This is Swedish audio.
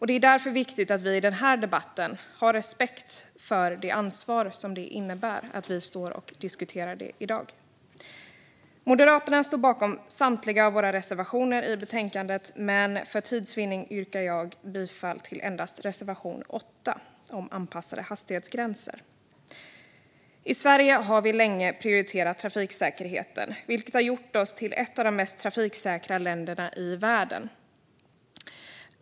Det är därför viktigt att vi har respekt för det ansvar som följer med en sådan här debatt. Jag står bakom samtliga Moderaternas reservationer, men för tids vinnande yrkar jag bifall endast till reservation 8 om anpassade hastighetsgränser. I Sverige har vi länge prioriterat trafiksäkerheten, vilket har gjort oss till ett av de mest trafiksäkra länderna i världen.